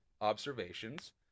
observations